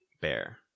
bear